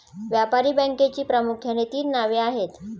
व्यापारी बँकेची प्रामुख्याने तीन नावे आहेत